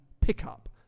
pickup